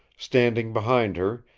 standing behind her,